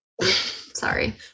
Sorry